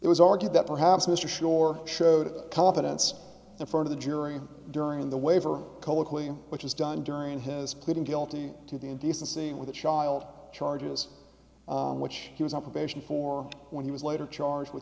it was argued that perhaps mr schorr showed confidence in front of the jury during the waiver which is done during his pleading guilty to the indecency with a child charges which he was on probation for when he was later charged with